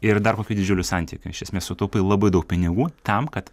ir dar kokiu didžiuliu santykiu iš esmės sutaupai labai daug pinigų tam kad